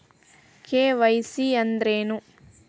KYC ಅಂದ್ರೇನು?